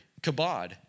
kabod